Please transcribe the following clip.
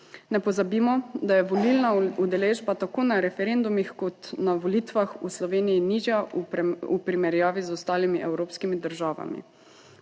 Ne pozabimo, da je volilna udeležba tako na referendumih kot na volitvah v Sloveniji nižja v primerjavi z ostalimi evropskimi državami.